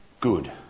good